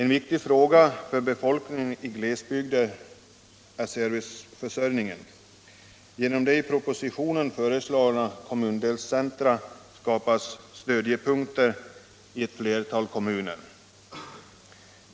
En viktig fråga för befolkningen i glesbygder är serviceförsörjningen. Genom de i propositionen föreslagna kommundelscentra skapas stödjepunkter i ett flertal kommuner.